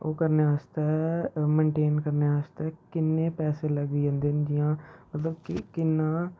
ओह् करने आस्तै मेनटेन करने आस्तै किन्ने पैसे लग्गी जन्दे न जियां मतलब कि किन्ना